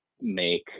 make